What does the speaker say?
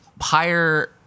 higher